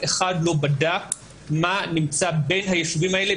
אחד לא בדק מה נמצא בין היישובים האלה,